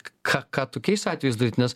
ką ką tokiais atvejais daryt nes